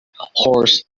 horse